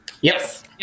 yes